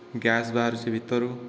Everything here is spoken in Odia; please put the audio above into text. ଗ୍ୟାସ୍ ବାହାରୁଛି ଭିତରୁ